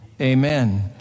Amen